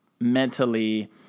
mentally